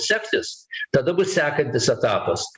sektis tada bus sekantis etapas